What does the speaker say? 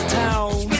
town